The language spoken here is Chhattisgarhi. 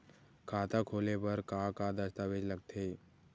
खाता खोले बर का का दस्तावेज लगथे?